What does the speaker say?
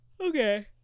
okay